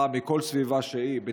רע מכל סיבה שהיא: בטיחותית,